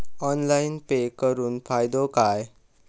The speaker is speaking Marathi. ऑनलाइन पे करुन फायदो काय?